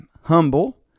humble